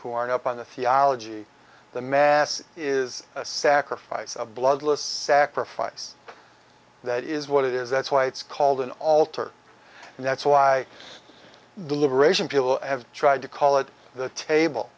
are up on the theology the mass is a sacrifice of bloodlust sacrifice that is what it is that's why it's called an altar and that's why the liberation people have tried to call it the table